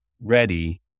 ready